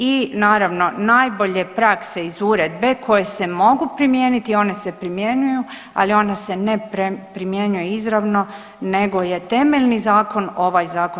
I naravno najbolje prakse iz uredbe koje se mogu primijeniti one se primjenjuju, ali one se ne primjenjuju izravno nego je temeljni zakon ovaj zakon.